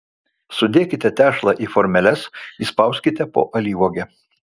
sudėkite tešlą į formeles įspauskite po alyvuogę